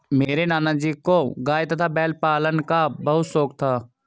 मेरे नाना जी को गाय तथा बैल पालन का बहुत शौक था